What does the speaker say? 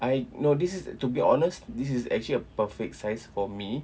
I no this is to be honest this is actually a perfect size for me